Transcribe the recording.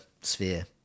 sphere